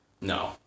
No